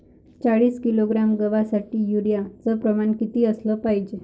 चाळीस किलोग्रॅम गवासाठी यूरिया च प्रमान किती असलं पायजे?